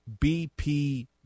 BP